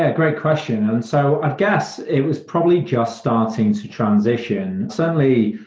ah great question. and so i guess it was probably just starting to transition. certainly,